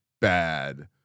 bad